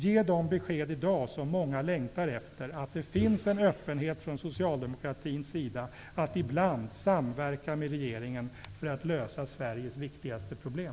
Ge i dag det besked som många längtar efter, att det finns en öppenhet från socialdemokratins sida att ibland samverka med regeringen för att lösa Sveriges viktigaste problem!